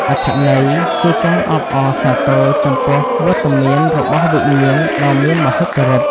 អត្ថន័យគឺការអបអរសាទរចំពោះវត្តមានរបស់វិញ្ញាណដ៏មានមហិទ្ធិឫទ្ធិ។